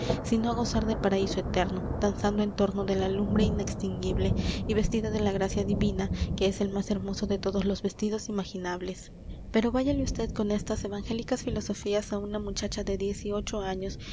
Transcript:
sino á gozar del paraíso eterno danzando en torno de la lumbre inextinguible y vestida de la gracia divina que es el más hermoso de todos los vestidos imaginables pero váyale usted con estas evangélicas filosofías á una muchacha de dieciocho años